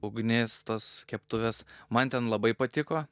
ugnis tos keptuvės man ten labai patiko